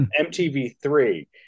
MTV3